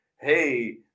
hey